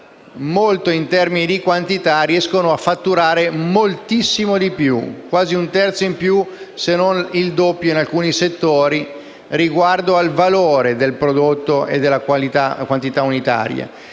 molto in termini di quantità riescono a fatturare moltissimo di più, quasi un terzo in più se non il doppio in alcuni settori, in termini di valore del prodotto nella quantità unitaria.